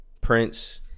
Prince